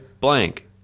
blank